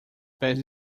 pés